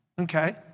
okay